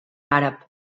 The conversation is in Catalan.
àrab